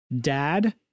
dad